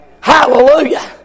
Hallelujah